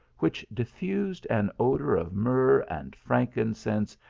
which diffused an odour of myrrh, and frankincense,